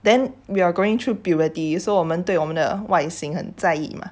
then we are going through puberty you so 我们对我们的外形很在意吗